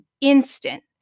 instant